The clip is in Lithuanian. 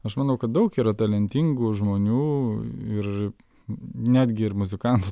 aš manau kad daug yra talentingų žmonių ir netgi ir muzikantų